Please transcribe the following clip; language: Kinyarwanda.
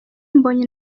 mbonyi